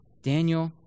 Daniel